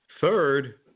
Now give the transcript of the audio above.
Third